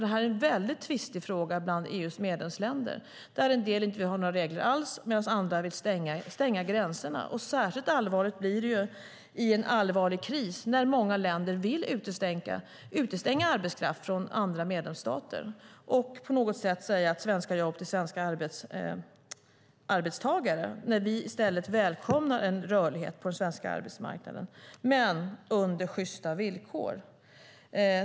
Det här är en väldigt tvistig fråga bland EU:s medlemsländer, där en del inte vill ha några regler alls medan andra vill stänga gränserna. Särskilt allvarligt blir det i en kris om många länder vill utestänga arbetskraft från andra medlemsstater och vi på något sätt säger: Svenska jobb till svenska arbetstagare. Vi välkomnar i stället en rörlighet på den svenska arbetsmarknaden, men under sjysta villkor.